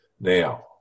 Now